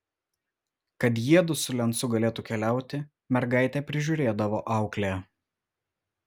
kad jiedu su lencu galėtų keliauti mergaitę prižiūrėdavo auklė